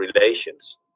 relations